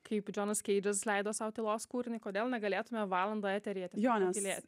kaip džonas keidžas leido sau tylos kūrinį kodėl negalėtume valandą eteryje tiesiog tylėt